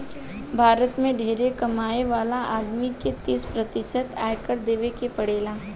भारत में ढेरे कमाए वाला आदमी के तीस प्रतिशत आयकर देवे के पड़ेला